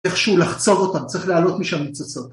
איכשהו לחצות אותם, צריך להעלות משם ניצוצות